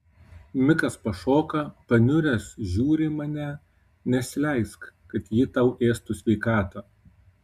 mikas pašoka paniuręs žiūri į mane nesileisk kad ji tau ėstų sveikatą